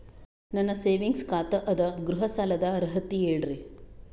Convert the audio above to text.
ನನ್ನ ಸೇವಿಂಗ್ಸ್ ಖಾತಾ ಅದ, ಗೃಹ ಸಾಲದ ಅರ್ಹತಿ ಹೇಳರಿ?